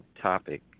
topic